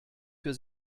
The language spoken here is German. für